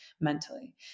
mentally